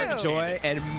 ah joy and